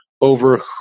over